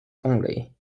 only